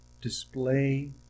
display